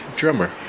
drummer